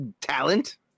Talent